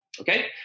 Okay